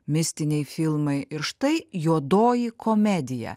mistiniai filmai ir štai juodoji komedija